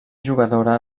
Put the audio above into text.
jugadora